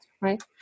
Right